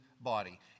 body